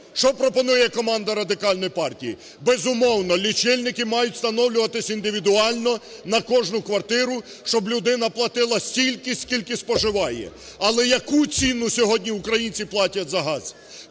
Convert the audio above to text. Що пропонує команда Радикальної партії? Безумовно, лічильники мають встановлюватися індивідуально на кожну квартиру, щоб людина платила стільки, скільки споживає. Але яку ціну сьогодні українці платять за газ?